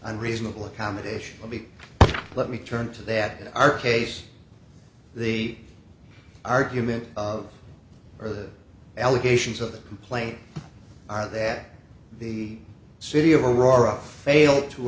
and reasonable accommodation for me let me turn to that in our case the argument of are the allegations of the complaint are that the city of aurora failed to